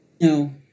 No